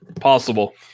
possible